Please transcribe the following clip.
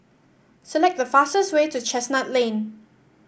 select the fastest way to Chestnut Lane